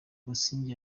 busingye